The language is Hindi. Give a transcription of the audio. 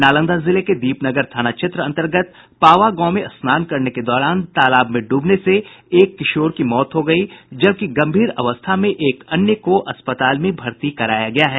नालंदा जिले में दीपनगर थाना क्षेत्र अंतर्गत पावा गांव में स्नान के दौरान तालाब में डूबने से एक किशोर की मौत हो गयी जबकि गंभीर अवस्था में एक अन्य को अस्पताल में भर्ती कराया गया है